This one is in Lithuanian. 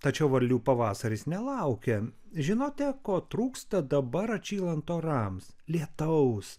tačiau varlių pavasaris nelaukia žinote ko trūksta dabar atšylant orams lietaus